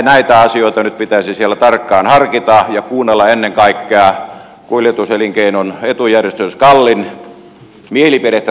näitä asioita nyt pitäisi siellä tarkkaan harkita ja kuunnella ennen kaikkea kuljetuselinkeinon etujärjestön skalin mielipidettä tässä asiassa